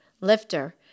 lifter